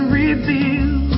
reveal